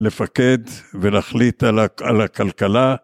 לפקד ולהחליט על הכלכלה